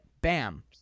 Bam